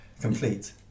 Complete